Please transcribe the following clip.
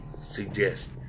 suggest